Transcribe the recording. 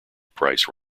price